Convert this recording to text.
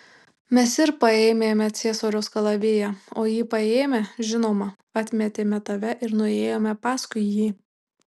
mes ir paėmėme ciesoriaus kalaviją o jį paėmę žinoma atmetėme tave ir nuėjome paskui jį